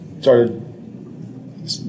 Started